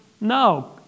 No